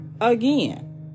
Again